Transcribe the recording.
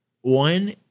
one